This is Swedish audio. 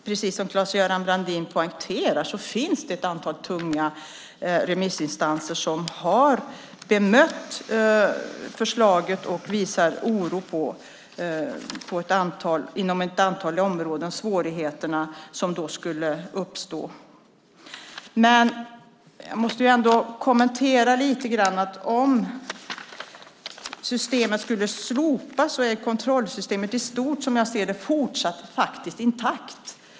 Precis som Claes-Göran Brandin poängterar finns det ett antal tunga remissinstanser som har bemött förslaget och som visar oro för de svårigheter som skulle kunna uppstå på ett antal områden. Jag ska kommentera detta lite grann. Om systemet skulle slopas är kontrollsystemet i stort fortsatt intakt, som jag ser det.